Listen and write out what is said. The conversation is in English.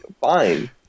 fine